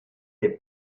est